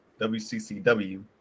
WCCW